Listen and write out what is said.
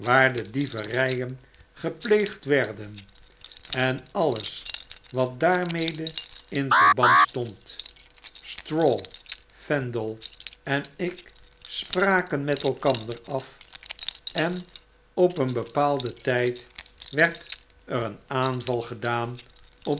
de dieverijen gepleegd werden en alles wat daarmede in verband stond straw eendal en ik spraken met elkander af en op een bepaalden tijd werd er een aanval gedaan op